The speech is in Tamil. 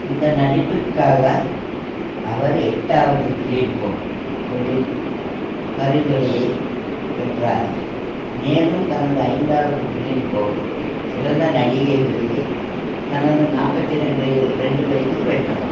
இந்த நடிப்புக்காக அவர் எட்டாவது பிலிம் போர் தொழில் பரிந்துரையைப் பெற்றார் மேலும் தனது ஐந்தாவது பிலிம் போர் சிறந்த நடிகை விருதை தனது நாற்பத்தி ரெண்டில் ரெண்டு வயதில் வென்றார்